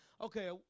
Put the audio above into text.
Okay